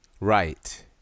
Right